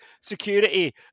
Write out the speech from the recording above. security